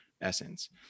essence